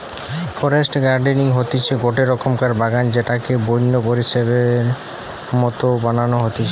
forest gardening হতিছে গটে রকমকার বাগান যেটাকে বন্য পরিবেশের মত বানানো হতিছে